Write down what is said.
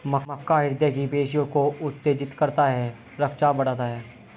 मक्का हृदय की पेशियों को उत्तेजित करता है रक्तचाप बढ़ाता है